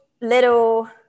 little